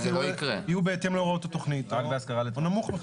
יהיו בהתאם להוראות התוכנית או נמוך מכך.